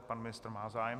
Pan ministr má zájem.